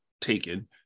taken